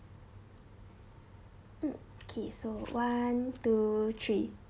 mm okay so one two three